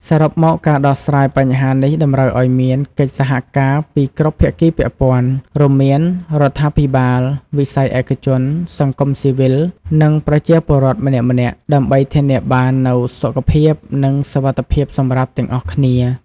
សរុបមក ការដោះស្រាយបញ្ហានេះតម្រូវឱ្យមានកិច្ចសហការពីគ្រប់ភាគីពាក់ព័ន្ធ រួមមាន រដ្ឋាភិបាល វិស័យឯកជន សង្គមស៊ីវិល និងប្រជាពលរដ្ឋម្នាក់ៗ ដើម្បីធានាបាននូវសុខភាព និងសុវត្ថិភាពសម្រាប់ទាំងអស់គ្នា។